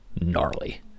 gnarly